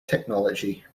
technology